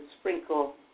sprinkle